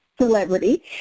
celebrity